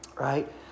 right